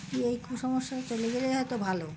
কি এই কুসংস্কার চলে গেলেই হয়তো ভালো